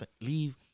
leave